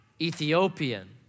Ethiopian